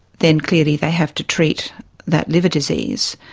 then clearly they have to treat that liver disease.